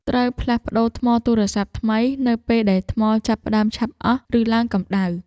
ត្រូវផ្លាស់ប្តូរថ្មទូរស័ព្ទថ្មី នៅពេលដែលថ្មចាប់ផ្តើមឆាប់អស់ ឬឡើងកម្តៅ។